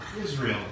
Israel